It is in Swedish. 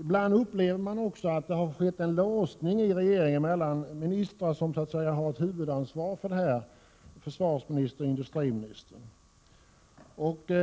Ibland upplever jag det som att det i regeringen har skett en låsning mellan de ministrar som har huvudansvaret för detta — försvarsministern och industriministern.